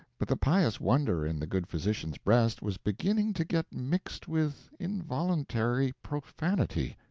but the pious wonder in the good physician's breast was beginning to get mixed with involuntary profanity.